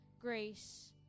grace